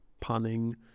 punning